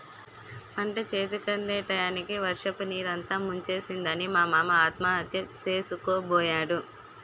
పంటచేతికందే టయానికి వర్షపునీరు అంతా ముంచేసిందని మా మామ ఆత్మహత్య సేసుకోబోయాడు